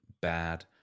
bad